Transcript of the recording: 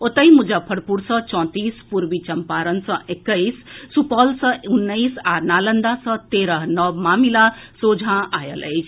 ओतहि मुजफ्फरपुर सँ चौंतीस पूर्वी चम्पारण सँ एक्कैस सुपौल सँ उन्नैस आ नालंदा सँ तेरह नव मामिला सोझा आयल अछि